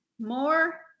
more